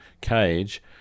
cage